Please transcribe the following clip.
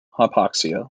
hypoxia